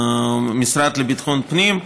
המשרד לביטחון פנים.